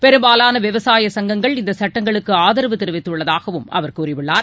பெரும்பாலான விவசாய சங்கங்கள் இந்த சட்டங்களுக்கு ஆதரவு தெரிவித்துள்ளதாகவும் அவர் கூறியுள்ளார்